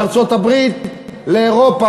לארצות-הברית ולאירופה.